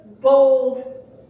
bold